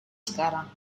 sekarang